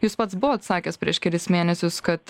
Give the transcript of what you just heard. jūs pats buvot sakęs prieš kelis mėnesius kad